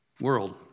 world